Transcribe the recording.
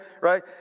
right